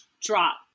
drop